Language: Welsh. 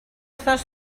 wythnos